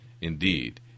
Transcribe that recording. Indeed